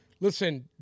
Listen